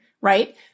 right